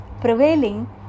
prevailing